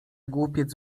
głupiec